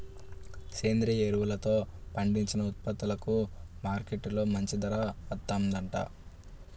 సేంద్రియ ఎరువులతో పండించిన ఉత్పత్తులకు మార్కెట్టులో మంచి ధర వత్తందంట